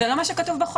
זה לא מה שכתוב בחוק.